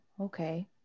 okay